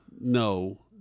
no